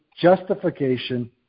justification